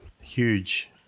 Huge